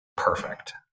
Perfect